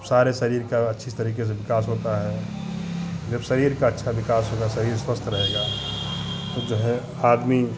सारे शरीर का अच्छे तरीके से विकास होता है जब शरीर का अच्छा विकास होगा शरीर स्वस्थ रहेगा तो जो है आदमी